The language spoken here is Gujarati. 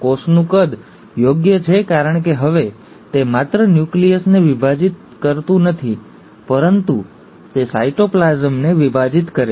કોષનું કદ યોગ્ય છે કારણ કે હવે તે માત્ર ન્યુક્લિયસને વિભાજિત કરતું નથી પરંતુ તે સાયટોપ્લાસમને વિભાજિત કરે છે